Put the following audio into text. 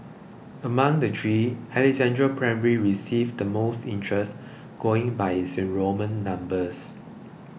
among the three Alexandra Primary received the most interest going by its enrolment numbers